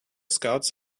scouts